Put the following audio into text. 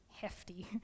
hefty